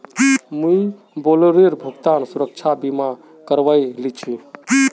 मुई बोलेरोर भुगतान सुरक्षा बीमा करवइ लिल छि